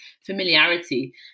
familiarity